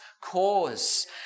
cause